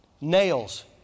nails